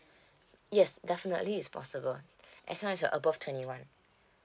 yes definitely is possible as long as you're above twenty one